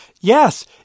yes